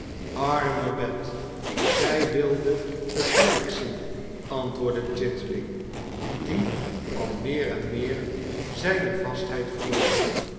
arme bet zij wilde het lijk zien antwoordde chitling die al meer en meer zijne vastheid verloor